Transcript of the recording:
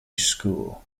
school